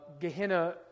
Gehenna